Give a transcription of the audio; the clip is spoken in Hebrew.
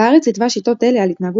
בארץ התווה שיטות אלה על התנהגות